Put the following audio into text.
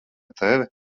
tevi